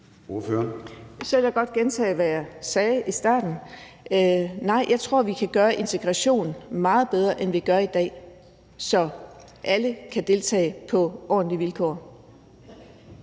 Så vil jeg godt gentage, hvad jeg sagde i starten: Nej, jeg tror, vi kan gøre integrationen meget bedre, end vi gør i dag, så alle kan deltage på ordentlige vilkår.